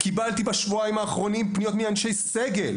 קיבלתי בשבועיים האחרונים פניות מאנשי סגל,